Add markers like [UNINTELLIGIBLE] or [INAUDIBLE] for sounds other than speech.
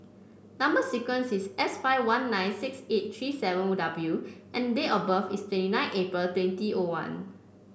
number sequence is S five one nine six eight three seven [UNINTELLIGIBLE] W and date of birth is twenty nine April twenty O one